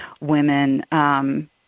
women